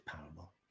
parable